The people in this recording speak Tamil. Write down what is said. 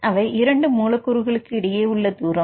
அவை இரண்டு மூலக்கூறுகளுக்கு இடையே உள்ள தூரம்